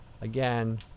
again